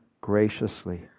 graciously